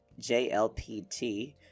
JLPT